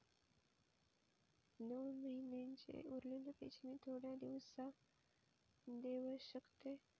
दोन महिन्यांचे उरलेले पैशे मी थोड्या दिवसा देव शकतय?